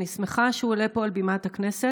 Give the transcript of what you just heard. אני שמחה שהוא עולה פה על בימת הכנסת.